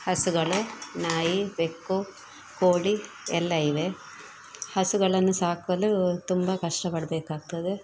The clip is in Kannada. ಹಸುಗಳು ನಾಯಿ ಬೆಕ್ಕು ಕೋಳಿ ಎಲ್ಲ ಇವೆ ಹಸುಗಳನ್ನು ಸಾಕಲು ತುಂಬ ಕಷ್ಟಪಡಬೇಕಾಗ್ತದೆ